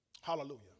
Hallelujah